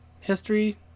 history